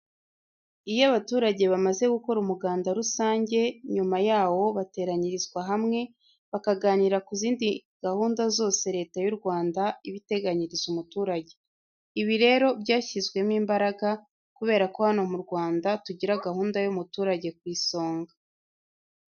Iyo abaturage bamaze gukora umuganda rusange, nyuma yawo bateranyirizwa hamwe bakaganira ku zindi gahunda zose Leta y'u Rwanda iba iteganyiriza umuturage. Ibi rero byashyizwemo imbaraga, kubera ko hano mu Rwanda tugira gahunda y'umuturage ku isonga.